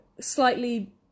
slightly